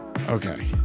Okay